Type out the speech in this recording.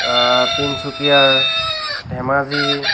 তিনিচুকীয়াৰ ধেমাজিৰ